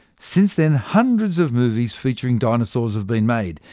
since then, hundreds of movies featuring dinosaurs have been made,